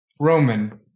Roman